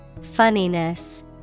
Funniness